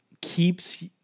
keeps